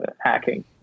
hacking